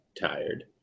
tired